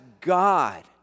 God